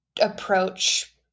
approach